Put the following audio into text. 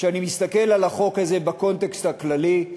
כשאני מסתכל על החוק הזה בקונטקסט הפרטי,